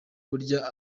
burya